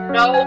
no